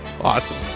Awesome